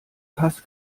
pass